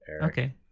okay